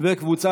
ניצן הורביץ.